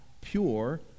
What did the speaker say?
pure